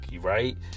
right